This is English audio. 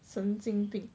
神经病